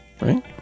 right